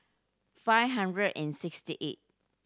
five hundred and sixty eighth